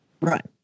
Right